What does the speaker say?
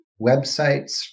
websites